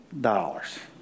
dollars